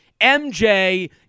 MJ